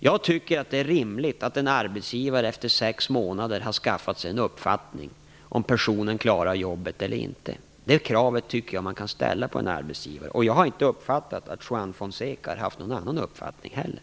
Jag tycker det är rimligt att begära att en arbetsgivare efter sex månader har skaffat sig en uppfattning om personen klarar jobbet eller inte. Det kravet tycker jag man kan ställa på en arbetsgivare. Jag har inte uppfattat att Juan Fonseca haft någon annan mening heller.